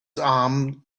arm